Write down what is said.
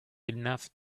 enough